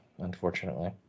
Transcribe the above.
unfortunately